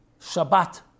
Shabbat